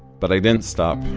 but i didn't stop,